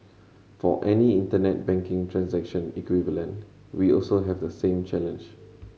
for any Internet banking transaction equivalent we also have the same challenge